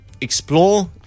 explore